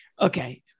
Okay